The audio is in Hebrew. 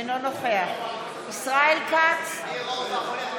אינו נוכח ישראל כץ,